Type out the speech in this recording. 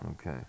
okay